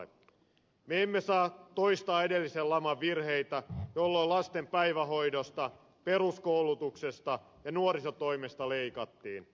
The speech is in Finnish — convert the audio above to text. me emme saa toistaa edellisen laman virheitä jolloin lasten päivähoidosta peruskoulutuksesta ja nuorisotoimesta leikattiin